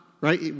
right